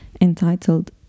entitled